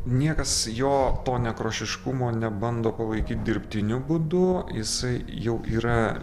niekas jo to nekrošiškumo nebando palaikyt dirbtiniu būdu jisai jau yra